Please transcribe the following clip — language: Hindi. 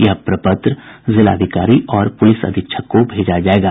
यह प्रपत्र जिलाधिकारी और पुलिस अधीक्षक को भेजा जायेगा